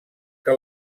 que